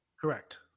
correct